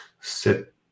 sit